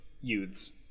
youths